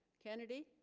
kennedy